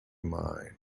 mind